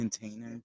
container